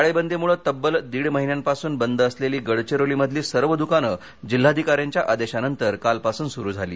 टाळेबंदीमुळे तब्बल दीड महिन्यापासून बंद असलेली गडचिरोलीमधली सर्व दुकानं जिल्हाधिकाऱ्यांच्या आदेशानंतर कालपासून सुरू झाली